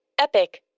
epic